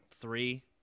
three